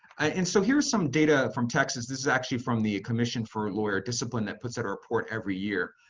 and so here's some data from texas. this is actually from the commission for lawyer discipline that puts out a report every year.